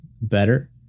better